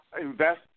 invest